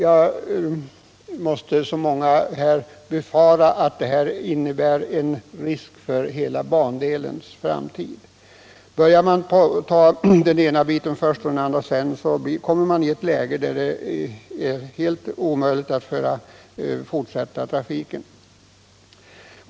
Jag måste liksom många andra här befara att SJ:s beslut innebär en risk för hela bandelens framtid. Börjar man ta den ena biten först och den andra sedan, kommer man i ett läge där det är helt omöjligt att fortsätta trafiken.